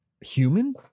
human